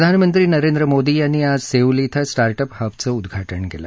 प्रधानमंत्री नरेंद्र मोदी यांनी आज सेऊल श्विं स्टार्टअप हबचं उद्घाटन केलं